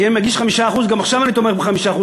אם אני מגיש 5% גם עכשיו אני תומך ב-5%,